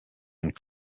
and